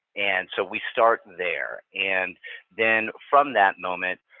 and so we start there. and then from that moment,